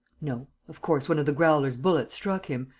no. of course, one of the growler's bullets struck him.